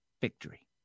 victory